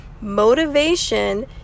Motivation